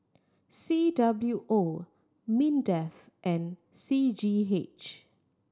C W O MINDEF and C G H